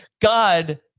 God